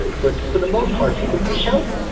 ah but for the most part, people seek help.